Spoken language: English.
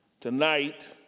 Tonight